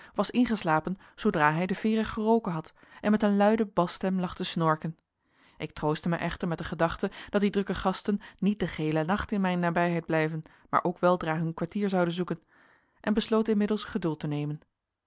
was ingeslapen zoodra hij de veeren geroken had en met een luide basstem lag te snorken ik troostte mij echter met de gedachte dat die drukke gasten niet den geheelen nacht in mijn nabijheid blijven maar ook weldra hun kwartier zouden zoeken en besloot inmiddels geduld te nemen